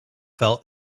fell